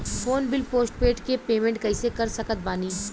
Phone bill postpaid के payment कैसे कर सकत बानी?